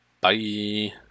Bye